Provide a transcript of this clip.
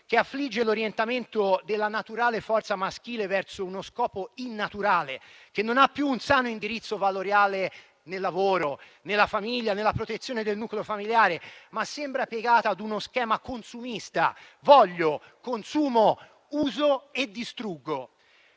che affligge l'orientamento della naturale forza maschile verso uno scopo innaturale, che non ha più un sano indirizzo valoriale nel lavoro, nella famiglia, nella protezione del nucleo familiare, ma sembra piegata ad uno schema consumista: voglio, consumo, uso e distruggo.